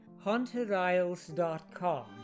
HauntedIsles.com